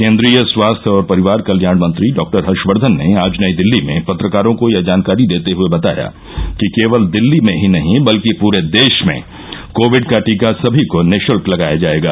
केंद्रीय स्वास्थ्य और परिवार कत्याण मंत्री डॉक्टर हर्षवर्धन ने आज नई दिल्ली में पत्रकारों को यह जानकारी देते हए बताया कि केवल दिल्ली में ही नहीं बल्कि प्रे देश में कोविड का टीका सभी को निशल्क लगाया जाएगा